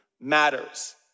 matters